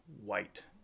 white